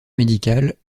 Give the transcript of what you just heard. médicale